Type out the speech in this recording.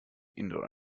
indo